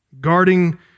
Guarding